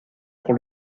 pour